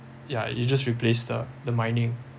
ya you just replace the the mining